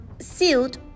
sealed